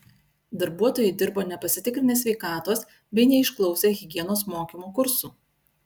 darbuotojai dirbo nepasitikrinę sveikatos bei neišklausę higienos mokymo kursų